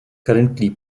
currently